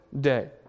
day